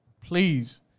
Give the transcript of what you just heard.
Please